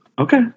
Okay